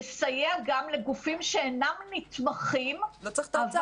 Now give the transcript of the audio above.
לסייע גם לגופים שאינם נתמכים --- לא צריך את האוצר,